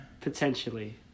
Potentially